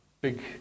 big